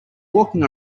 walking